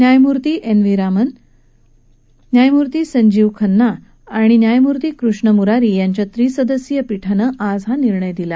न्यायमूर्ती N V Ramana न्यायमूर्ती संजिव खन्ना आणि न्यायमूर्ती कृष्ण मुरारी यांच्या त्रिसदस्यीय पीठानं आज हा निर्णय दिला